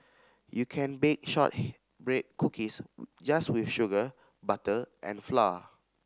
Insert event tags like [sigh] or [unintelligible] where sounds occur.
you can bake [unintelligible] cookies just with sugar butter and flour